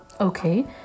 okay